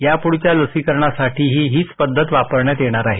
यापुढच्या लसीकरणासाठीही हीच पद्धत वापरण्यात येणार आहे